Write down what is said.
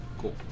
Cool